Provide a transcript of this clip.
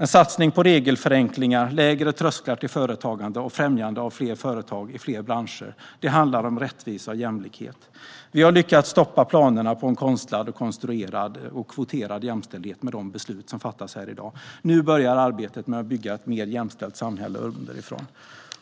En satsning på regelförenklingar, lägre trösklar till företagande och främjande av fler företag i fler branscher handlar om rättvisa och jämlikhet. Vi har lyckats stoppa planerna på en konstlad, konstruerad och kvoterad jämställdhet med de beslut som ska fattas här i dag. Nu börjar arbetet med att bygga ett mer jämställt samhälle underifrån.